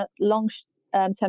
long-term